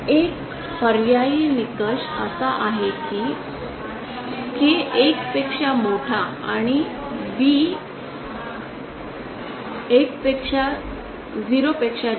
एक पर्यायी निकष असा आहे की के १ पेक्षा मोठा आणि बी१ 0 पेक्षा जास्त आहे